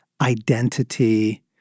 identity